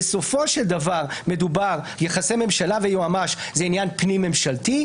בסופו של דבר יחסי ממשלה-יועץ משפטי זה עניין פנים-ממשלתי,